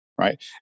right